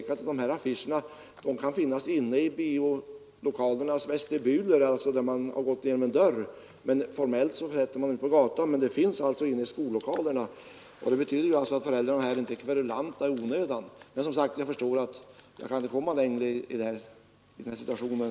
Affischerna kan finnas inne i biolokalernas vestibuler, och man ser dem följaktligen sedan man gått igenom en dörr. Formellt sätts således inte bioaffischerna upp ute på gatan, men de finns inne i skollokalerna. Detta betyder, fru talman, att föräldrarna inte varit kverulanter och besvärat sig i onödan. Men jag förstår som sagt att jag inte kan komma längre i den här situationen.